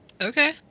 Okay